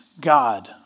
God